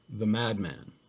the madman,